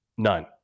None